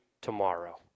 tomorrow